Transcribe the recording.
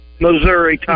Missouri